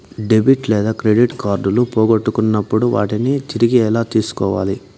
debit లేదా credit కార్డులు పోగొట్టుకున్నప్పుడు వాటిని తిరిగి ఎలా తీసుకోవాలి